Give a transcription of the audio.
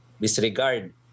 disregard